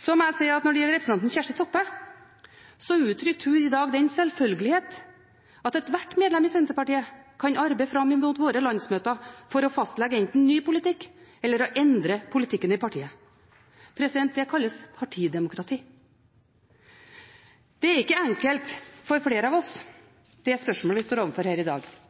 Når det gjelder representanten Kjersti Toppe, uttrykte hun i dag at det er sjølsagt at ethvert medlem i Senterpartiet kan arbeide fram mot våre landsmøter for å fastlegge enten ny politikk eller å endre politikken i partiet. Det kalles partidemokrati. Det er ikke enkelt for noen av oss, det spørsmålet vi står overfor i dag.